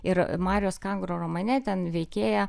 ir marios kangro romane ten veikėja